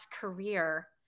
career